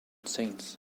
saints